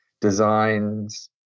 Design's